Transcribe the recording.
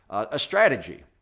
a strategy.